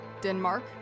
Denmark